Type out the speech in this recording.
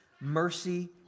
mercy